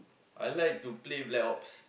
I like to play black ops